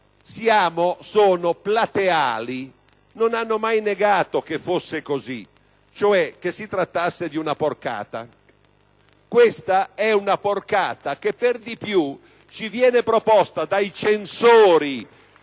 Napoli sono plateali e non hanno mai negato che fosse così e che si trattasse cioè di una porcata. Questa è una porcata che, per di più, ci viene proposta dai censori